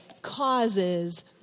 causes